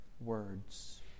words